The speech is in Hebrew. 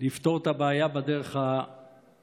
לפתור את הבעיה בדרך הבאה: